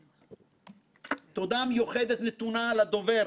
שזוהי הזדמנות נאותה להודות לך על מסירות